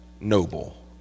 noble